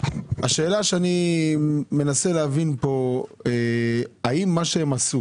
השאלה שאני מנסה להבין פה, האם מה שהם עשו